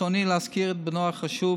ברצוני להזכיר את בנו החשוב,